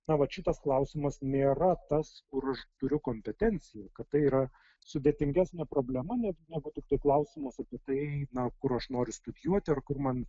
na vat šitas klausimas nėra tas kur turiu kompetencijų kad tai yra sudėtingesnė problema negu negu tik klausimas apie tai kur aš noriu studijuoti ar kur man